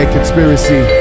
Conspiracy